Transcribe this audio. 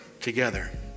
together